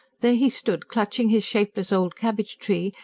there he stood clutching his shapeless old cabbage-tree,